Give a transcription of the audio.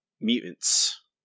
mutants